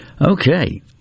Okay